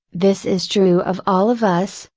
this is true of all of us,